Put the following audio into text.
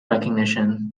recognition